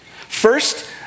First